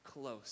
close